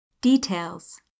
Details